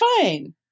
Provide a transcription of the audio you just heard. fine